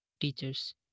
teachers